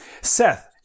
Seth